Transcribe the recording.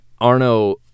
Arno